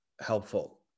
helpful